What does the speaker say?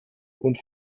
und